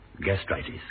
gastritis